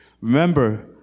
Remember